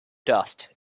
dust